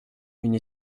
une